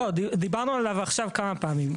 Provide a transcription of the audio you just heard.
לא, דיברנו עליו עכשיו כמה פעמים.